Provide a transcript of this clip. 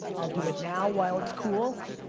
i'll do it now while it's cool,